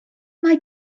mae